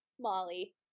Molly